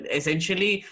essentially